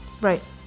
right